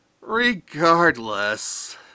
Regardless